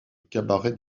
cabaret